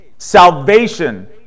salvation